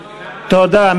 תודה.